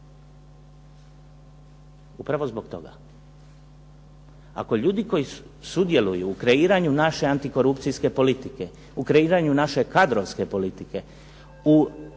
Upravo zbog toga.